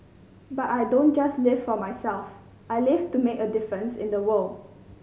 but I don't just live for myself I live to make a difference in the world